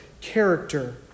character